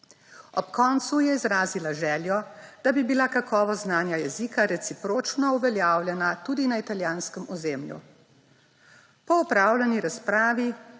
Ob koncu je izrazila željo, da bi bila kakovost znanja jezika recipročno uveljavljena tudi na italijanskem ozemlju. Po opravljeni razpravi